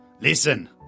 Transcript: Listen